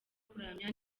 kuramya